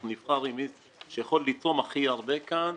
אנחנו נבחר עם מי שיכול לתרום הכי הרבה כאן,